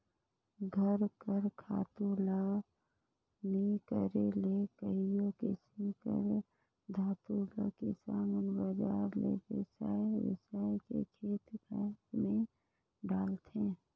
घर कर खातू ल नी करे ले कइयो किसिम कर खातु ल किसान मन बजार ले बेसाए बेसाए के खेत खाएर में डालथें